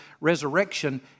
resurrection